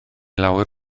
lawer